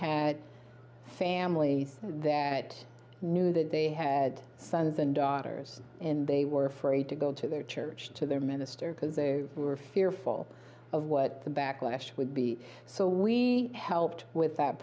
a family that knew that they had sons and daughters and they were afraid to go to their church to their minister because they were fearful of what the backlash would be so we helped with that